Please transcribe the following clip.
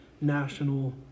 national